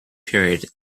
period